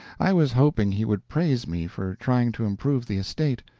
i was hoping he would praise me for trying to improve the estate,